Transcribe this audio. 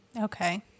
Okay